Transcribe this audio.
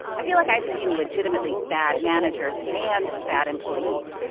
i feel like i've seen legitimately bad managers and bad employees.